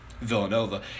Villanova